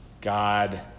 God